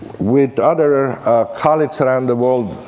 with other colleagues around the world,